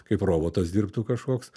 kaip robotas dirbtų kažkoks